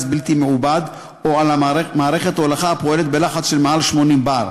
בלתי-מעובד או על מערכת הולכה הפועלת בלחץ של מעל 80 בר,